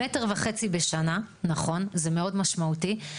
מטר וחצי בשנה, נכון, זה מאוד משמעותי.